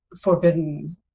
forbidden